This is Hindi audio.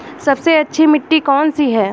सबसे अच्छी मिट्टी कौन सी है?